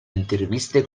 interviste